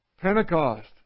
Pentecost